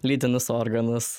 lytinus organus